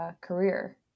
career